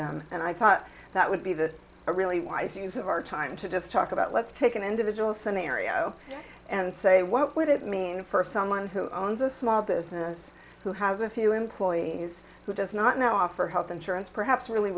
them and i thought that would be the a really wise use of our time to just talk about let's take an individual scenario and say what would it mean for someone who owns a small business who has a few employees who does not now offer health insurance perhaps really